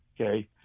okay